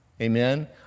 Amen